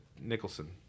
Nicholson